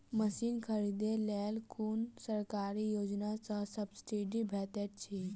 Machine खरीदे लेल कुन सरकारी योजना सऽ सब्सिडी भेटैत अछि?